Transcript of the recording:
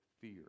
fear